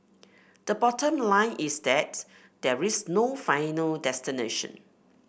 the bottom line is that there is no final destination